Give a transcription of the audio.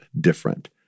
different